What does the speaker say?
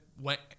went